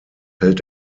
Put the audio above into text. hält